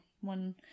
one